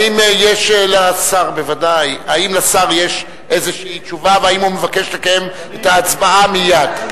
האם יש לשר איזה תשובה והאם הוא מבקש לקיים את ההצבעה מייד?